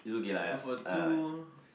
for two